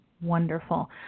wonderful